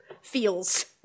feels